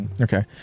Okay